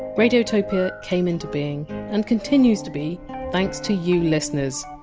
radiotopia came into being and continues to be thanks to you listeners.